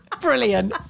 brilliant